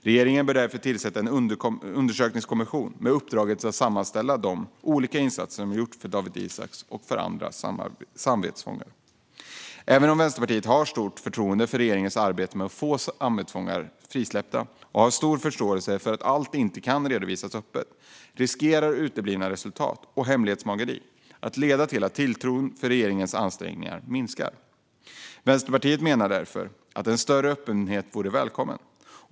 Regeringen bör därför tillsätta en undersökningskommission med uppdrag att sammanställa de olika insatser som har gjorts för Dawit Isaak och andra samvetsfångar. Även om Vänsterpartiet har stort förtroende för regeringens arbete med att få samvetsfångar frisläppta och har stor förståelse för att allt inte kan redovisas öppet, riskerar uteblivna resultat och hemlighetsmakeri att leda till att tilltron till regeringens ansträngningar minskar. Vänsterpartiet menar därför att en större öppenhet vore välkommen.